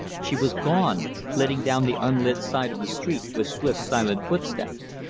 she was gone, flitting down the unlit side of the street with swift silent footsteps.